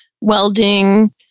welding